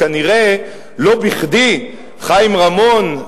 כנראה לא בכדי חיים רמון,